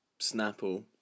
Snapple